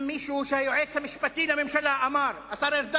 מישהו שהיועץ המשפטי לממשלה אמר עליו,